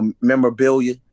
memorabilia